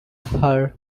her